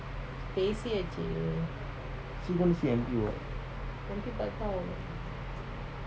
see now she angry or what